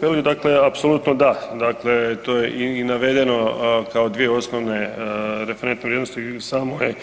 Pa to, apsolutno da, dakle to je i navedeno kao dvije osnovne referentne vrijednosti, samo je